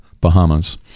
Bahamas